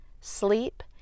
sleep